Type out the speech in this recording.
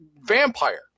vampire